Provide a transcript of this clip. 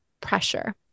pressure